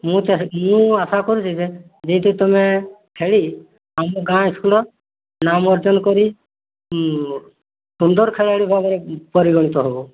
ମୁଁ ଚାହେଁ ମୁଁ ଆଶା କରୁଛି ଯେ ଯେହେତୁ ତୁମେ ଖେଳି ଆମ ଗାଁ ସ୍କୁଲ୍ ନାମ ଅର୍ଜନ କରି ସୁନ୍ଦର ଖେଳାଳି ଭାବରେ ପରିଗଣିତ ହେବ